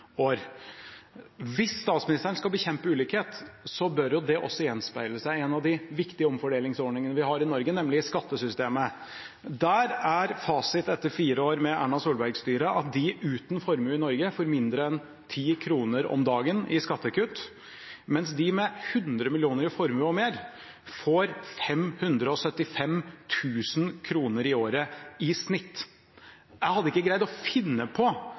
Hvis statsministeren skal bekjempe ulikhet, bør det også gjenspeile seg i en av de viktige omfordelingsordningene vi har i Norge, nemlig skattesystemet. Der er fasit etter fire år med Erna Solberg-styre at de uten formue i Norge får mindre enn 10 kr om dagen i skattekutt, mens de med 100 mill. kr i formue og mer får 575 000 kr i året i snitt. Jeg hadde ikke greid å finne på